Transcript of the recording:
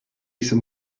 some